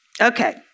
Okay